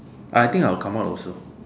I think I'll come out also